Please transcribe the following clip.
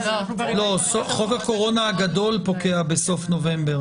חוק הקורונה הגדול פוקע בסוף נובמבר.